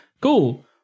cool